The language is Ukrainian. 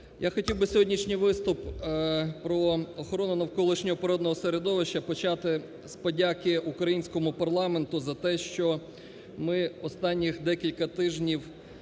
Я хотів би сьогоднішній виступ про охорону навколишнього природного середовища почати з подяки українському парламенту за те, що ми останніх декілька тижнів